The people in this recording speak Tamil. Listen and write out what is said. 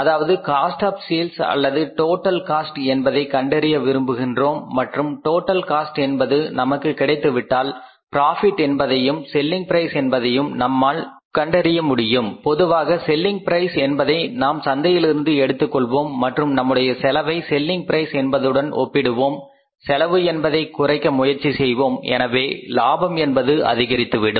அதாவது காஸ்ட் ஆப் சேல்ஸ் அல்லது டோட்டல் காஸ்ட் என்பதை கண்டறிய விரும்புகின்றோம் மற்றும் டோட்டல் காஸ்ட் என்பது நமக்கு கிடைத்து விட்டால் பிராபிட் என்பதையும் செல்லிங் பிரைஸ் என்பதையும் நம்மால் கண்டறிய முடியும் பொதுவாக செல்லிங் பிரைஸ் என்பதை நாம் சந்தையிலிருந்து எடுத்துக் கொள்வோம் மற்றும் நம்முடைய செலவை செல்லிங் பிரைஸ் என்பதுடன் ஒப்பிடுவோம் செலவு என்பதை குறைக்க முயற்சி செய்வோம் எனவே லாபம் என்பது அதிகரித்துவிடும்